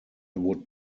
would